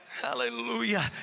Hallelujah